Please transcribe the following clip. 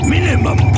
Minimum